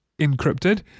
encrypted